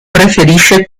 preferisce